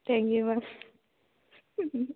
thank you ma'am